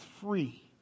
free